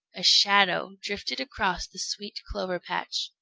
a shadow drifted across the sweet clover patch.